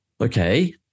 okay